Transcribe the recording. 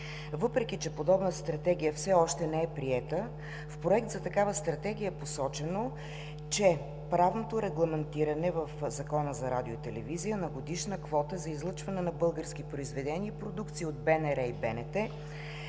Въпреки че подобна стратегия все още не е приета, в проект за такава Стратегия е посочено, че правното регламентиране в Закона за радио и телевизия на годишна квота за излъчване на български произведения и продукции от БНР и БНТ е